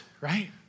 right